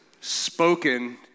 spoken